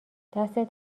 دستت